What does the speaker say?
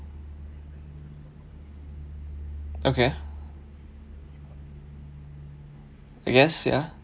okay I guess ya